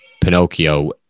Pinocchio